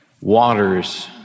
waters